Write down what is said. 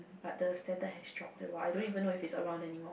but the standard has dropped a lot I don't even know if it's around anymore